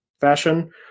fashion